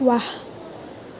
ৱাহ